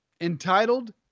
entitled